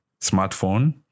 smartphone